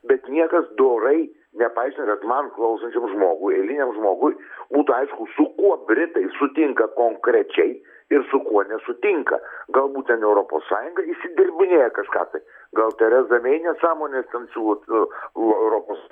bet niekas dorai nepaisant kad man klausančiam žmogui eiliniam žmogui būtų aišku su kuo britai sutinka konkrečiai ir su kuo nesutinka galbūt ten europos sąjunga išsidirbinėja kažką tai gal teresa mei nęsamones ten siūlo europos